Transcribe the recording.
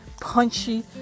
punchy